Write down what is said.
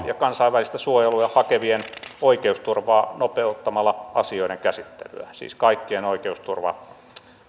ja kansainvälistä suojelua hakevien oikeusturvaa nopeuttamalla asioiden käsittelyä siis kaikkien oikeusturva